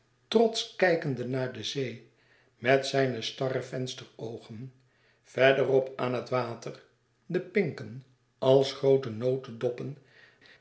trotsch kijkende naar de zee met zijne starre vensteroogen verderop aan het water de pinken als